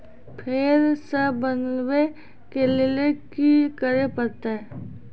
फेर सॅ बनबै के लेल की करे परतै?